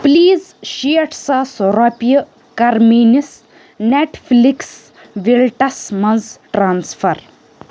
please شیٹھ ساس رۄپیہِ کر میٲنِس نیٚٹ فٕلِکس ویلٹس مَنٛز ٹرانسفر